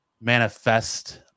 manifest